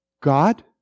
God